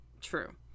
true